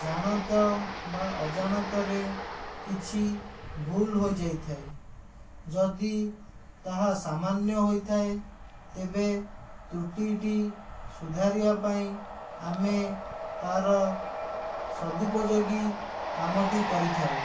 ଜାଣତ ବା ଅଜାଣତରେ କିଛି ଭୁଲ ହୋଇଯାଇଥାଏ ଯଦି ତାହା ସାମାନ୍ୟ ହୋଇଥାଏ ତେବେ ତ୍ରୁଟିଟି ସୁଧାରିବା ପାଇଁ ଆମେ ତାର ସଦୁପୋଯୋଗୀ କାମଟି କରିଥାଉ